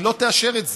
היא לא תאשר את זה.